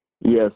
Yes